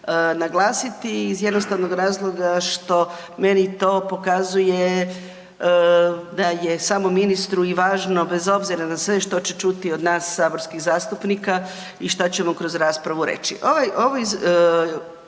naglasiti iz jednostavnog razloga što meni to pokazuje da je samom ministru i važno bez obzira na sve što će čuti od nas saborskih zastupnika i što ćemo kroz raspravu reći.